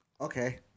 Okay